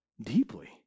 Deeply